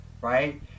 right